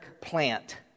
plant